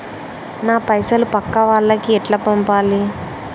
నా పైసలు పక్కా వాళ్లకి ఎట్లా పంపాలి?